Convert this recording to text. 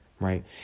right